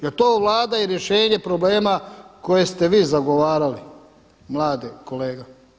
Jel to vlada i rješenje problema koje ste vi zagovarali mladi kolega?